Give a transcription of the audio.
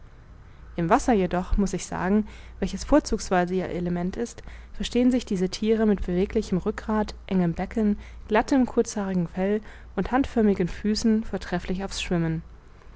im wasser jedoch muß ich sagen welches vorzugsweise ihr element ist verstehen sich diese thiere mit beweglichem rückgrat engem becken glattem kurzhaarigem fell und handförmigen füßen vortrefflich auf's schwimmen